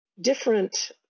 different